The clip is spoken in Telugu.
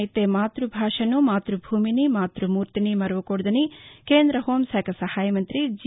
అయితే మాత్బభాషను మాత్బభూమిని మాత్బమూర్తిని మరువకూడదని కేంద్ర హోంశాఖ సహాయ మంతి జి